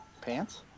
Pants